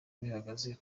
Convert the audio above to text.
bihagaze